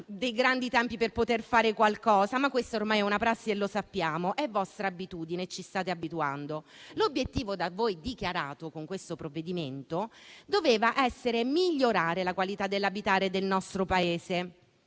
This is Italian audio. dei grandi tempi per poter fare qualcosa, ma questa ormai è una prassi e lo sappiamo; è vostra abitudine e ci stiamo abituando. L'obiettivo da voi dichiarato con questo provvedimento doveva essere quello di migliorare la qualità dell'abitare nel nostro Paese,